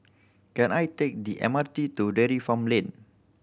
can I take the M R T to Dairy Farm Lane